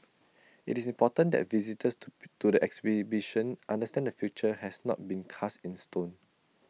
IT is important that visitors to to the exhibition understand the future has not been cast in stone